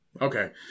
Okay